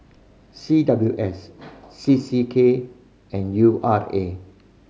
C W S C C K and U R A